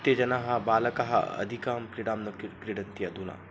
ते जनाः बालकः अधिकां क्रीडां न क्री क्रीडन्ति अधुना